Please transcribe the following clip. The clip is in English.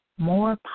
more